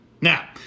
Now